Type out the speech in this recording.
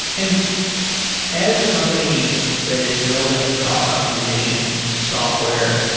and as a company that is building cost optimization software,